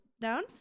down